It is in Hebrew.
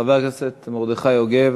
חבר הכנסת מרדכי יוגב,